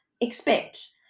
expect